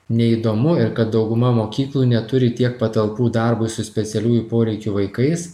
neįdomu ir kad dauguma mokyklų neturi tiek patalpų darbui su specialiųjų poreikių vaikais